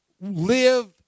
live